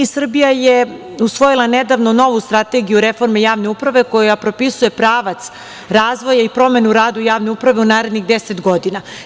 Srbija je usvojila nedavno novu Strategiju reforme javne uprave koja propisuje pravac razvoja i promenu u radu javne uprave u narednih 10 godina.